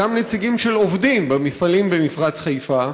גם נציגים של עובדים במפעלים במפרץ חיפה.